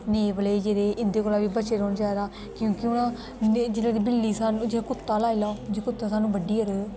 नेबले जेहडे इंदे कोला बी बचे रौहना चाहिदा क्योकि उंहे जेहड़ी बिल्ली सानू जेहड़ा कुत्ता लाई लै जित्थे सानू बड्ढी ओड़ै